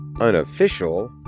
unofficial